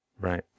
Right